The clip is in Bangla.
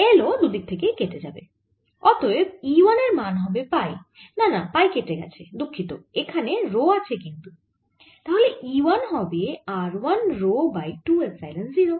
l ও দুদিক থেকে কেটে যাবে অতএব E 1 এর মান হবে পাই না পাই কেটে গেছে দুঃখিত এখানে রো আছে কিন্তু তাহলে E 1 হবে r 1 রো বাই 2 এপসাইলন 0